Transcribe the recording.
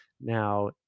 Now